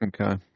Okay